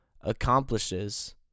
accomplishes